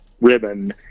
ribbon